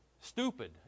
stupid